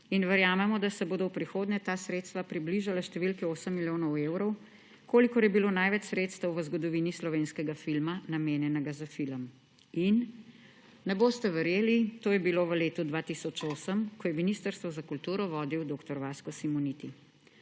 in verjamemo, da se bodo v prihodnje ta sredstva približala številki 8 milijonov evrov, kolikor je bilo največ sredstev v zgodovini slovenskega filma, namenjenih za film. In ne boste verjeli, to je bilo v letu 2008, ko je Ministrstvo za kulturo vodil dr. Vasko Simoniti.